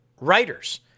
writers